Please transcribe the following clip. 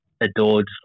adored